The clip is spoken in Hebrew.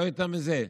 לא יותר מזה.